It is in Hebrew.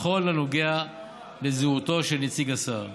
בכל הנוגע לזהותו של נציג השר,